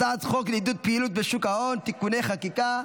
הצעת חוק לעידוד פעילות בשוק ההון (תיקוני חקיקה),